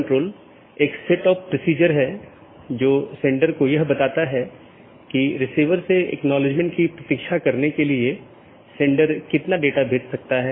interior gateway protocol में router को एक ऑटॉनमस सिस्टम के भीतर जानकारी का आदान प्रदान करने की अनुमति होती है